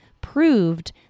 proved